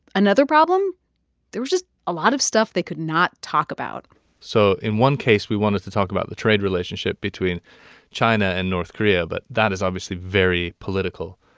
another problem there was just a lot of stuff they could not talk about so in one case, we wanted to talk about the trade relationship between china and north korea. but that is obviously very political.